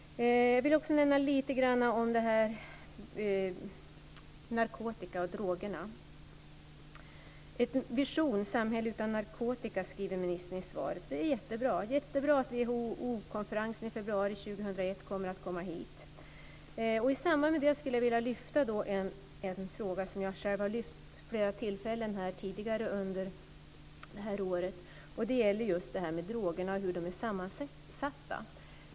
Jag vill även nämna lite grann om narkotikan och drogerna. I svaret skriver ministern: "Visionen är ett samhälle utan narkotika." Det är jättebra, och det är jättebra att WHO-konferensen i februari 2001 kommer att hållas här. I samband med detta skulle jag vilja lyfta fram en fråga som jag själv har tagit upp vid flera tillfällen tidigare under det här året. Den gäller just drogerna och hur de är sammansatta.